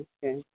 Okay